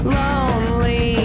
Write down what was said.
lonely